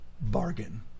bargain